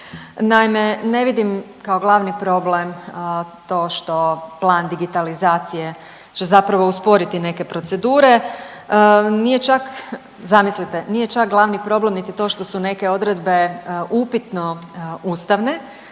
Naime, ne vidim kao glavni problem to što plan digitalizacije će zapravo usporiti neke procedure, nije čak zamislite, nije čak glavni problem niti to što su neke odredbe upitno ustavne,